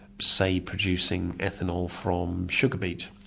say, producing ethanol from sugar beet.